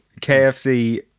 KFC